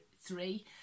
three